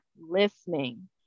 listening